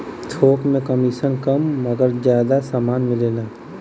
थोक में कमिसन कम मगर जादा समान मिलेला